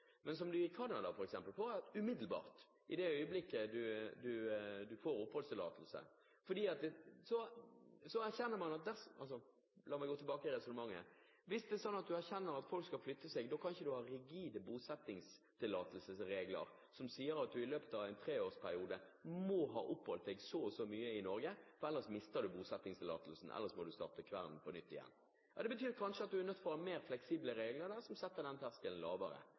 du f.eks. i Canada får den umiddelbart i det øyeblikket du får oppholdstillatelse. Så erkjenner man … La meg gå tilbake i resonnementet: Hvis en erkjenner at folk flytter på seg, kan en ikke ha rigide bosettingstillatelsesregler som sier at en i løpet av en treårsperiode må ha oppholdt seg så og så lenge i Norge, ellers mister en bosettingstillatelsen og må starte kvernen på nytt igjen. Hvis en er interessert i å få inn arbeidsinnvandrere, betyr det kanskje at en må ha mer fleksible regler med lavere terskel. Tilsvarende gjelder for dobbelt statsborgerskap. Det var bare SV som